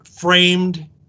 Framed